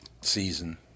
season